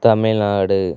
Tamil Nadu